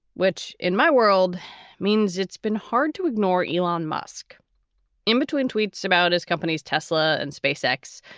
which in my world means it's been hard to ignore. elan musk in between tweets about his company's tesla and space x,